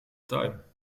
tuin